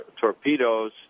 torpedoes